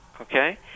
Okay